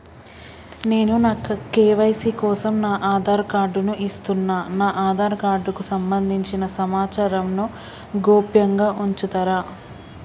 నేను నా కే.వై.సీ కోసం నా ఆధార్ కార్డు ను ఇస్తున్నా నా ఆధార్ కార్డుకు సంబంధించిన సమాచారంను గోప్యంగా ఉంచుతరా?